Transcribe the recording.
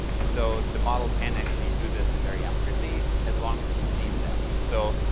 and so, the model can actually do this very accurately as long as it sees that. and so,